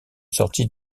sortit